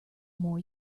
more